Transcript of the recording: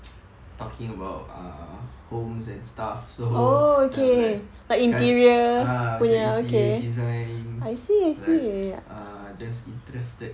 talking about err homes and stuff so I'm like err interior design like err just interested